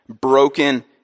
broken